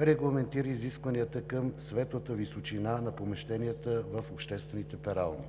регламентира изискванията към светлата височина на помещенията в обществените перални.